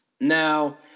Now